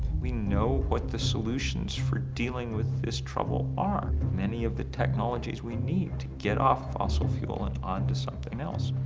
we know what the solutions for dealing with this trouble are, many of the technologies we need to get off ah so fuel and onto something else.